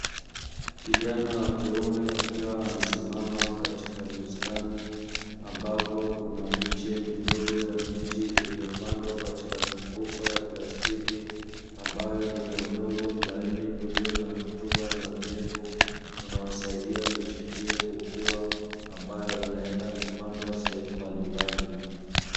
Kijana wa kiume akiwa amesimama katika bustani, ambapo kuna miche midogo ya miti iliyopandwa katika mifuko ya plastiki, ambayo ina udongo mlaini ulio na rutuba na unyevu, unaosaidia miche hiyo kukua, ambayo inaenda kupandwa sehemu mbalimbali.